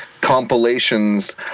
compilations